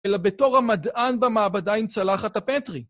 אלא בתור המדען במעבדה עם צלחת הפטרי.